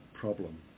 problem